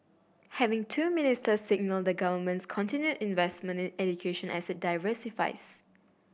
having two ministers signal the Government's continued investment in education as it diversifies